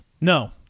No